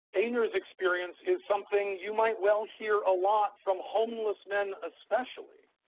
eighner's experience is something you might well hear a lot from homeless men especially,